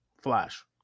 flash